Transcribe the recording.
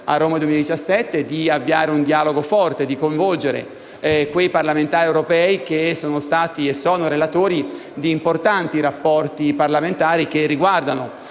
a Roma 2017, di avviare un dialogo forte e di coinvolgere quei deputati europei che sono stati e sono relatori di importanti rapporti parlamentari che riguardano